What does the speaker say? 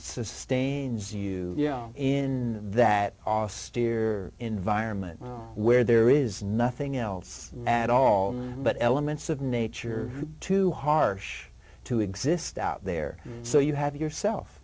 sustains you you know in that austere environment where there is nothing else at all but elements of nature too harsh to exist out there so you have yourself